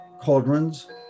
cauldrons